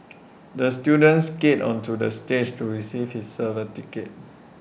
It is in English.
the student skated onto the stage to receive his